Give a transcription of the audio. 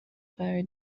فراری